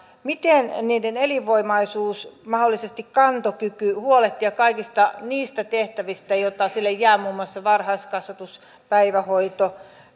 miten niiden elinvoimaisuus mahdollisesti kantokyky huolehtia kaikista niistä tehtävistä joita niille jää muun muassa varhaiskasvatus päivähoito